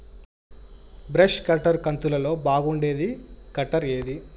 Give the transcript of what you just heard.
Brush cutter కంతులలో బాగుండేది cutter ఏది?